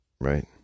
right